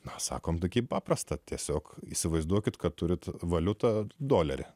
na sakome tokį paprastą tiesiog įsivaizduokit kad turite valiutą dolerį